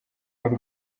w’u